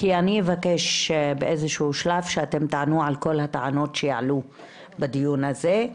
כי אני אבקש באיזשהו שלב שאתם תענו על כל הטענות שעלו בדיון הזה.